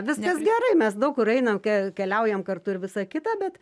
viskas gerai mes daug kur einam ke keliaujam kartu ir visa kita bet